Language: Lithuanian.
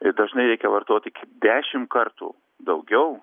dažnai reikia vartot iki dešimt kartų daugiau